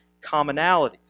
commonalities